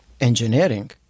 engineering